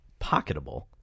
pocketable